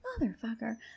motherfucker